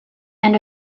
end